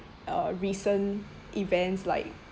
uh recent events like